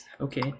Okay